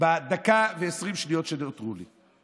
בדקה ו-20 שניות שנותרו לי.